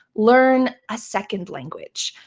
learn a second language?